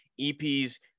eps